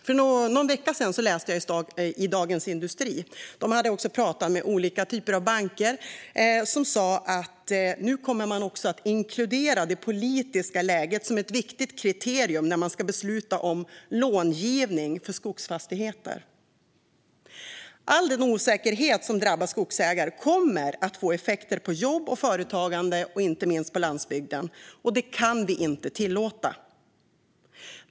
För någon vecka sedan läste jag Dagens industri, som hade talat med olika typer av banker som sa att de nu kommer att inkludera det politiska läget som ett viktigt kriterium när de ska besluta om långivning för skogsfastigheter. All den osäkerhet som drabbar skogsägare kommer att få effekter på jobb och företagande, inte minst på landsbygden. Det kan vi inte tillåta.